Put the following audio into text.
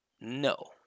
No